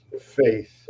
faith